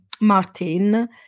Martin